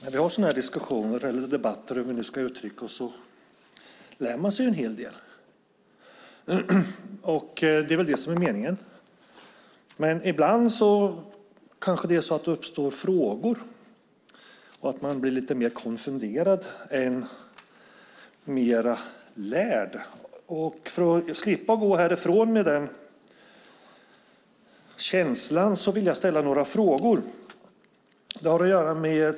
Fru talman! När vi har sådana här debatter lär man sig en hel del. Det är väl det som är meningen. Men ibland kanske det uppstår frågor, och man blir mer konfunderad än lärd. För att slippa gå härifrån med den känslan vill jag ställa några frågor.